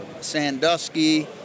Sandusky